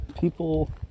people